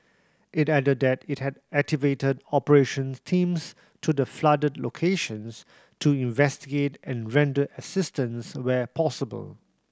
it added that it had activated operation teams to the flooded locations to investigate and render assistance where possible